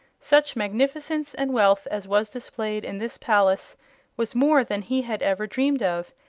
such magnificence and wealth as was displayed in this palace was more than he had ever dreamed of,